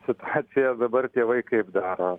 situacija dabar tėvai kaip daro